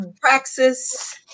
Praxis